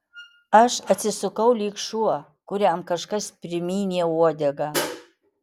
aš atsisukau lyg šuo kuriam kažkas primynė uodegą